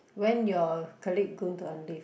when your colleague going to on leave